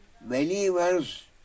believers